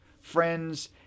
friends